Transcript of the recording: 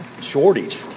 shortage